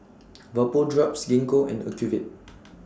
Vapodrops Gingko and Ocuvite